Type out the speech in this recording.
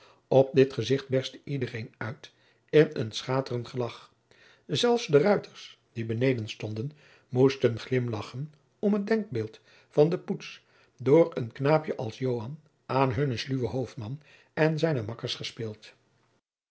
op dit gezicht berstte iedereen uit in een schaterend gelagch zelfs de ruiters die beneden stonden moesten glimlagchen om het denkbeeld van de poets door een knaapje als joan aan hunnen sluwen hoofdman en zijne makkers gespeeld